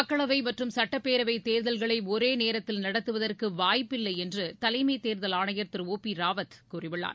மக்களவைமற்றம் சட்டப்பேரவைதேர்தல்களைஒரேநேரத்தில் நடத்துவதற்குவாய்ப்பில்லைஎன்றுதலைமைதேர்தல் ஆனையர் திரு ஓ பிராவத் கூறியுள்ளார்